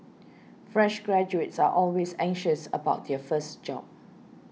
fresh graduates are always anxious about their first job